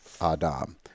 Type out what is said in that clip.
Adam